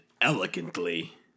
elegantly